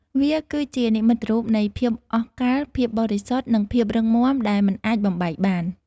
វាគឺជានិមិត្តរូបនៃភាពអស់កល្ប ភាពបរិសុទ្ធ និងភាពរឹងមាំដែលមិនអាចបំបែកបាន។